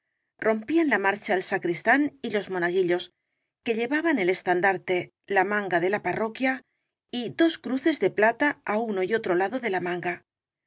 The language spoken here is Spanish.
rompían la mar cha el sacristán y los monaguillos que llevaban el estandarte la manga de la parroquia y dos cruces de plata á uno y otro lado de la manga